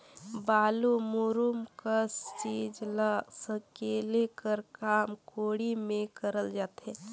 बालू, मूरूम कस चीज ल सकेले कर काम कोड़ी मे करल जाथे